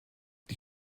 die